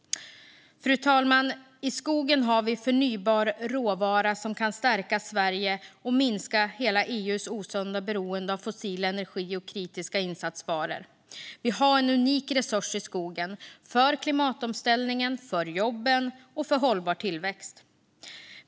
Fru talman! I skogen har vi förnybar råvara som kan stärka Sverige och minska hela EU:s osunda beroende av fossil energi och kritiska insatsvaror. Vi har en unik resurs i skogen för klimatomställningen, för jobb och för hållbar tillväxt.